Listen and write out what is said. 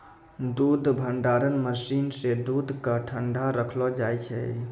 दूध भंडारण मसीन सें दूध क ठंडा रखलो जाय छै